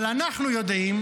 אבל אנחנו יודעים: